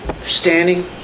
standing